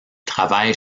travaille